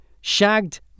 Shagged